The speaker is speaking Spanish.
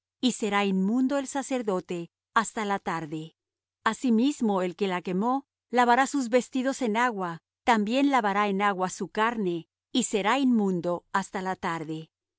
y será inmundo el sacerdote hasta la tarde asimismo el que la quemó lavará sus vestidos en agua también lavará en agua su carne y será inmundo hasta la tarde